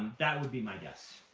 that would be my guess,